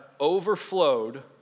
overflowed